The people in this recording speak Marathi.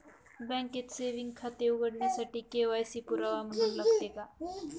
बँकेत सेविंग खाते उघडण्यासाठी के.वाय.सी पुरावा म्हणून लागते का?